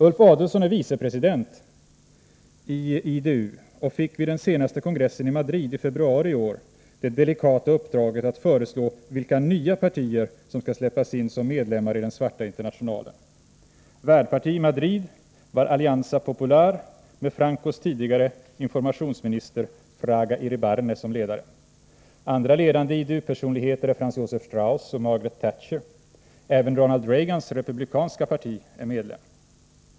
Ulf Adelsohn är vice president i IDU och fick vid den senaste kongressen i Madrid i februari i år det delikata uppdraget att föreslå vilka nya partier som skall släppas in som medlemmar i den Svarta internationalen. Värdparti i Madrid var Allianza Popular med Francos tidigare informationsminister Fraga Iribarne som ledare. Andra ledande IDU-personligheter är Franz Josef Strauss och Margaret Thatcher. Även Ronald Reagans republikanska parti är medlem.